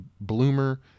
bloomer